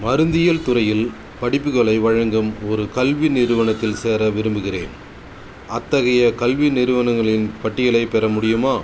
மருந்தியல் துறையில் படிப்புகளை வழங்கும் ஒரு கல்வி நிறுவனத்தில் சேர விரும்புகிறேன் அத்தகைய கல்வி நிறுவனங்களின் பட்டியலைப் பெற முடியுமா